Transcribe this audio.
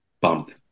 bump